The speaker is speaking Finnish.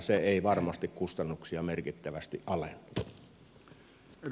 se ei varmasti kustannuksia merkittävästi alenna